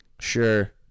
Sure